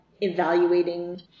evaluating